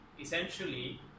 essentially